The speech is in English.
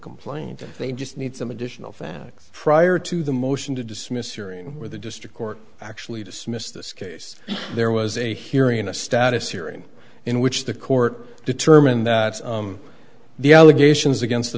complaint and they just need some additional facts prior to the motion to dismiss hearing where the district court actually dismissed this case there was a hearing a status hearing in which the court determined that the allegations against the